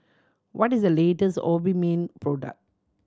what is the latest Obimin product